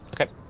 Okay